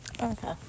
Okay